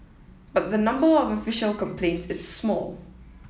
but the number of official complaints is small